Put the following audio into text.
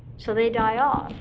so they die off.